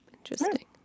Interesting